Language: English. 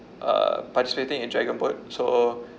uh participating in dragon boat so